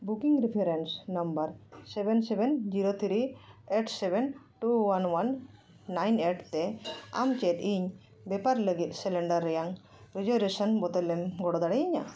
booking reference number seven seven zero three eight seven two one one nine eight ᱛᱮ ᱟᱢ ᱪᱮᱫ ᱤᱧ ᱵᱮᱯᱟᱨ ᱞᱟᱹᱜᱤᱫ ᱥᱤᱞᱤᱱᱰᱟᱨ ᱨᱮᱭᱟᱜ ᱨᱤᱡᱟᱨᱵᱷᱮᱥᱮᱱ ᱵᱚᱫᱚᱞ ᱮᱢ ᱜᱚᱲᱚ ᱫᱟᱲᱮᱭᱤᱧᱟ